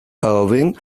albin